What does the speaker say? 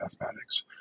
mathematics